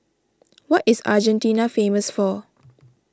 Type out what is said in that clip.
what is Argentina famous for